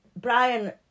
Brian